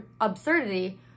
absurdity